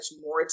more